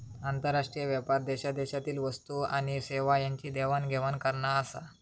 आंतरराष्ट्रीय व्यापार देशादेशातील वस्तू आणि सेवा यांची देवाण घेवाण करना आसा